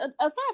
aside